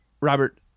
Robert